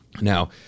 Now